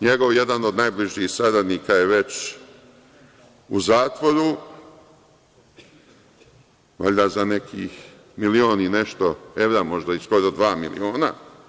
NJegov jedan od najbližih saradnika je već u zatvoru valjda za nekih milion i nešto evra, možda i dva miliona.